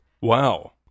Wow